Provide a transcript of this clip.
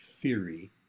theory